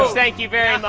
ah thank you very